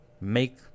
make